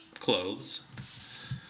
clothes